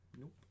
Nope